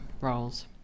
roles